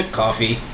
coffee